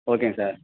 ஓகேங்க சார்